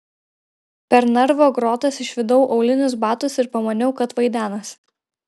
per narvo grotas išvydau aulinius batus ir pamaniau kad vaidenasi